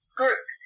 group